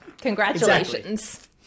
Congratulations